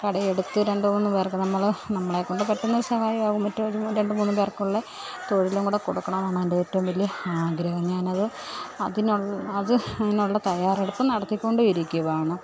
കടയെടുത്ത് രണ്ട് മൂന്ന് പേർക്ക് നമ്മൾ നമ്മളെ കൊണ്ട് പറ്റുന്ന സഹായാകും മറ്റേത് രണ്ടും മൂന്നും പേർക്കുള്ള തൊഴിലും കൂടെ കൊടുക്കണം എന്നാണ് എൻ്റെ ഏറ്റവും വലിയ ആഗ്രഹം ഞാൻ അത് അതിനുള്ള അത് അതിനുള്ള തയ്യാറെടുപ്പ് നടത്തി കൊണ്ടേയിരിക്കുകയാണ്